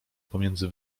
pomiędzy